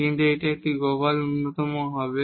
কিন্তু এটি একটি গ্লোবাল মিনিমা হবে